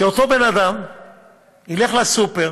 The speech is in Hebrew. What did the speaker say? שאותו בן-אדם ילך לסופר,